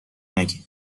نگین